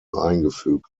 eingefügt